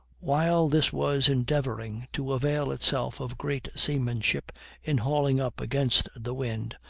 while this was endeavoring to avail itself of great seamanship in hauling up against the wind,